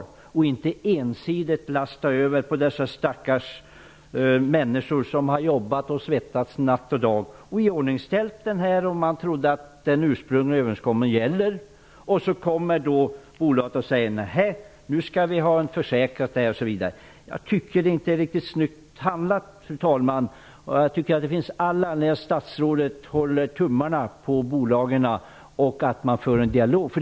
De skall inte ensidigt lasta över ansvaret på de stackars människor som jobbat och svettats dag och natt för att iordningsställa vandringsleder. De har gjort det i tron att den ursprungliga överenskommelsen gäller. Det är inte riktigt snyggt handlat, fru talman, att bolaget sedan kommer och talar om försäkringar osv. Det finns all anledning att statsrådet håller tummen på bolagen och att det förs dialoger.